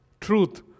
truth